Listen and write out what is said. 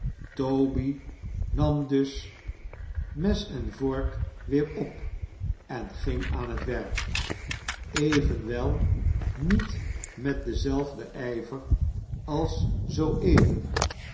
toby nam dus mes en vork weer op en ging aan het werk evenwel niet met denzelfden ijver als zoo even